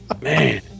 man